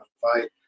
fight